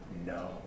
No